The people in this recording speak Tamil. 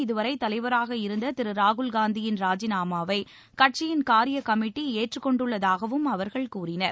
இதுவரை தலைவராக இருந்த திரு ராகுல்காந்தியின் ராஜினாமாவை கட்சியின் காரியக் கமிட்டி ஏற்றுக் கொண்டுள்ளதாகவும் அவர்கள் கூறினர்